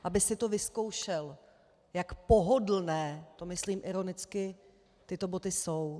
Aby si to vyzkoušel, jak pohodlné to myslím ironicky tyto boty jsou.